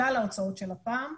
כלל ההוצאות של לפ"מ,